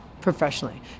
professionally